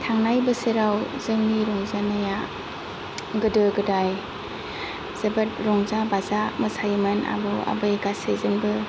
थांनाय बोसोराव जोंनि रंजानाया गोदो गोदाय जोबोद रंजा बाजा मोसायोमोन आबौ आबै गासैजोंबो